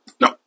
no